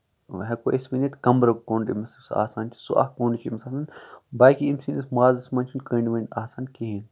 ہٮ۪کو أسی ؤنِتھ کَمبرُک کوٚنڈ ییٚمِس یُس آسان چھُ سُہ اکھ کونڈ چھُ أمِس آسان باقی أمۍ سٔندِس مازَس منٛز چھُنہٕ کٔنڈھ ؤنڈۍ آسان کِہینۍ